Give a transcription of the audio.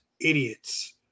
idiots